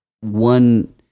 one